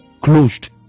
closed